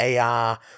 AR